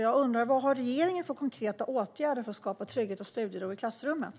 Jag undrar vilka förslag på konkreta åtgärder som regeringen har för att skapa trygghet och studiero i klassrummet.